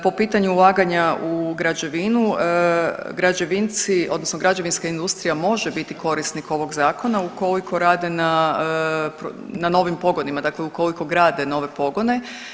Po pitanju ulaganja u građevinu, građevinci odnosno građevinska industrija može biti korisnik ovog zakona ukoliko rade ne novim pogonima, dakle ukoliko grade nove pogone.